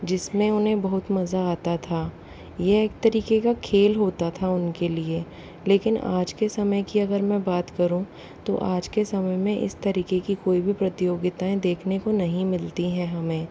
जिसमें उन्हें बहुत मज़ा आता था यह एक तरीके का खेल होता था उनके लिए लेकिन आज के समय की मैं अगर बात करूँ तो आज के समय में इस तरीके की कोई भी प्रतियोगिताएँ देखने को नहीं मिलती हैं हमें